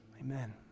amen